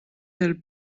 del